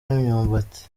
n’imyumbati